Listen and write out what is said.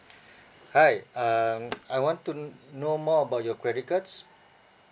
hi um I want to know more about your credit cards